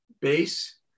base